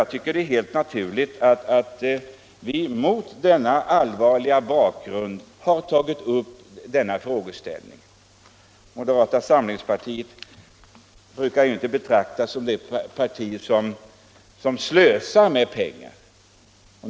Jag tycker det är helt naturligt att vi mot denna allvarliga bakgrund har tagit upp frågan. Moderata samlingspartiet brukar ju inte betraktas som ett parti som slösar med pengar.